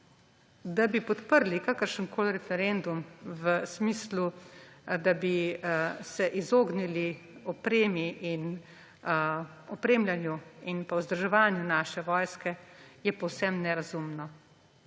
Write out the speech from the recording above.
da bi podprli kakršenkoli referendum v smislu, da bi se izognili opremi in opremljanju in vzdrževanju naše vojske, je povsem nerazumno.